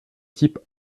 type